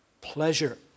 pleasure